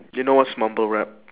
you know what's mumble rap